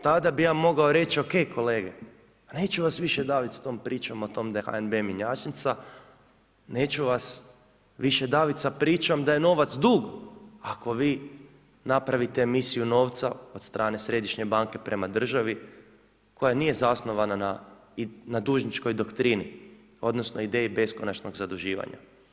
Tada bih ja mogao reći, OK kolege pa neću vas više davit s tom pričom da je HNB mjenjačnica, neću vas više davit sa pričom da je novac dug ako vi napravite misiju novca od strane Središnje banke prema državi koja nije zasnovana na dužničkoj doktrini odnosno, ideji beskonačnog zaduživanja.